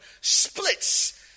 splits